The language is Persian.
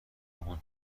بود